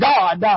God